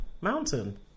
Mountain